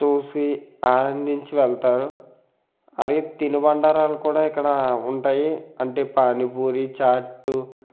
చూసి ఆనందించి వెళ్తారు అరే తినుబండారాలు కూడా ఇక్కడ ఉంటాయి అంటే పానీ పూరి చాట్టు